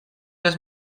les